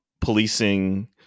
policing